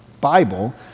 Bible